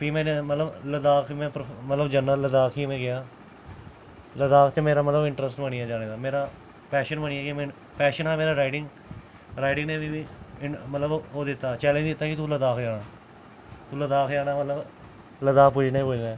प्ही में लद्दाख मतलब में जन्ना लद्दाख गेआ लद्दाख च मतलब इंटरस्ट बनी आ मेरा पैशन बनी आ में पैशन हा मेरा राइडिंग राइडिंग नै मिगी मतलब चैलेंज दित्ता की तोह् लद्दाख जाना तू लद्दाख जाना मतलब लद्दाख पुज्जना ई पुज्जना ऐ